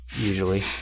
usually